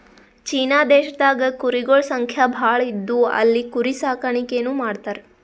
China ದೇಶದಾಗ್ ಕುರಿಗೊಳ್ ಸಂಖ್ಯಾ ಭಾಳ್ ಇದ್ದು ಅಲ್ಲಿ ಕುರಿ ಸಾಕಾಣಿಕೆನೂ ಮಾಡ್ತರ್